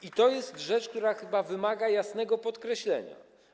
I to jest rzecz, która chyba wymaga jasnego podkreślenia.